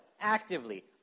Actively